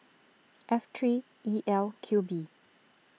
F three E L Q B